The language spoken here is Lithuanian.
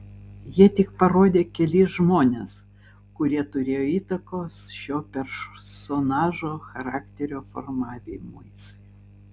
jie tik parodė kelis žmones kurie turėjo įtakos šio personažo charakterio formavimuisi